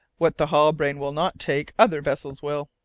what the halbrane will not take other vessels will.